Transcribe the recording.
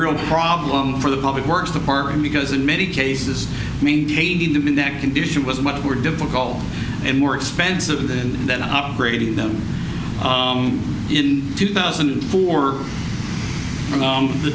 real problem for the public works department because in many cases maintaining them in that condition was much more difficult and more expensive than that upgrading them in two thousand and four